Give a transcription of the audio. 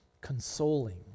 consoling